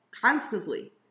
constantly